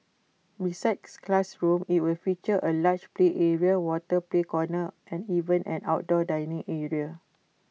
besides classrooms IT will feature A large play area water play corner and even an outdoor dining area